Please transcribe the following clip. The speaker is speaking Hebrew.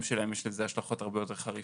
שלהם יש לזה השלכות הרבה יותר חריפות.